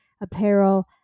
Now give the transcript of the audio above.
apparel